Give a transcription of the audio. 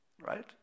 right